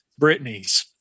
Britneys